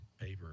paper